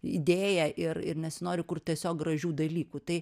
idėja ir ir nesinori kurt tiesiog gražių dalykų tai